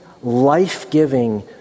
life-giving